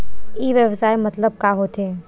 ई व्यवसाय मतलब का होथे?